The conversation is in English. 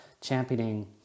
championing